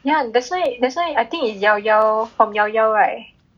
ya that's why that's why I think it's llao llao from llao llao right